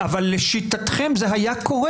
זה לא קורה, אבל לשיטתכם זה היה קורה.